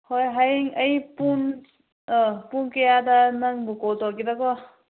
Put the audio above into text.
ꯍꯣꯏ ꯍꯌꯦꯡ ꯑꯩ ꯄꯨꯡ ꯄꯨꯡ ꯀꯌꯥꯗ ꯅꯪꯕꯨ ꯀꯣꯜ ꯇꯧꯒꯦꯔꯥꯀꯣ